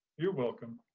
you're welcome.